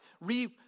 re